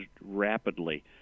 rapidly